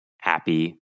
happy